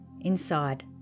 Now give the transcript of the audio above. Inside